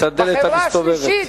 הדלת המסתובבת.